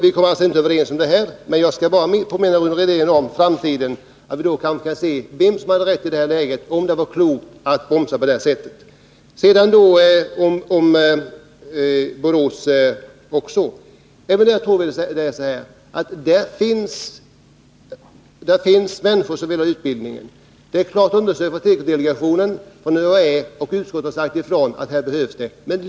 Vi kommer alltså inte överens om detta, Rune Rydén och jag, men framtiden får utvisa vem av oss som har rätt — om det var klokt att bromsa på det här sättet. När det gäller YTH-utbildningen i Borås vill jag säga att det där finns människor som vill ha denna utbildning. Det har tekodelegationen undersökt och fått klart belägg för. UHÄ och utskottet har också sagt ifrån att den här utbildningen behövs.